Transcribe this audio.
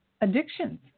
Addictions